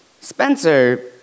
Spencer